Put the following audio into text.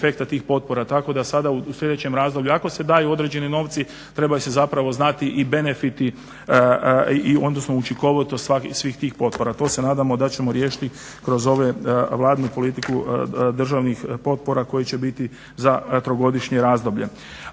tako da sada u sljedećem razdoblju ako se daju određeni novci trebaju se zapravo dati i benefiti i odnosno učinkovitost svih tih potpora. To se nadamo da ćemo riješiti kroz ovu vladinu politiku državnih potpora koji će biti za trogodišnje razdoblje.